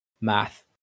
Math